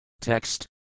Text